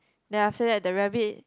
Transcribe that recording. then after that the rabbit